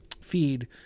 feed